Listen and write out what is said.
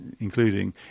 including